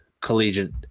collegiate